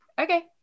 Okay